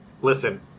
listen